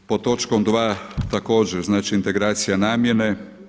Pod točkom 2, također znači integracija namjene.